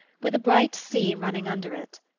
with a bright sea running under it.